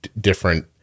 different